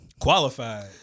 Qualified